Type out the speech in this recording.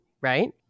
right